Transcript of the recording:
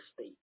state